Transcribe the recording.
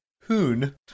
Hoon